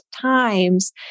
times